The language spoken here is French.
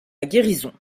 guérison